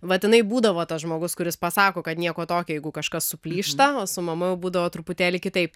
vat jinai būdavo tas žmogus kuris pasako kad nieko tokio jeigu kažkas suplyšta o su mamajau būdavo truputėlį kitaip